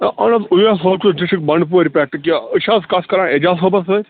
اَے اَہَن حظ اُویس صٲب چھُس ڈسٹرک بنٛڈٕپورِ پٮ۪ٹھ کیٛاہ أسۍ چھَا حظ کَتھ کَران ایجاز صٲبس سۭتۍ